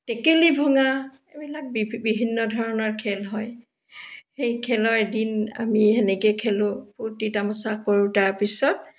টেকেলি ভঙা এইবিলাক বিভি বিভিন্ন ধৰণৰ খেল হয় সেই খেলৰ দিন আমি সেনেকৈ খেলোঁ ফূৰ্ত্তি তামাচা কৰোঁ তাৰপিছত